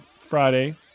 Friday